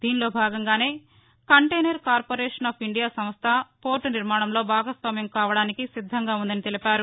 దీనిలో భాగంగానే container corporation of India సంస్ట పోర్లు నిర్మాణంలో భాగస్వామ్యం కావడానికి సిద్ధంగా ఉందని తెలిపారు